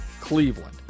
Cleveland